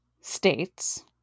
states